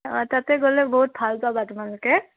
অঁ তাতে গ'লে বহুত ভাল পাবা তোমালোকে